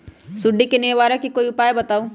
सुडी से निवारक कोई उपाय बताऊँ?